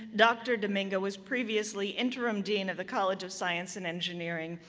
dr. domingo was previously interim dean of the college of science and engineering,